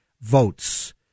votes